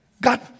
God